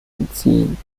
entziehen